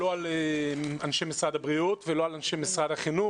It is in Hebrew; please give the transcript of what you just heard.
לא על אנשי משרד הבריאות ולא על אנשי משרד החינוך,